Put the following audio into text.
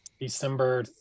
December